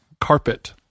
carpet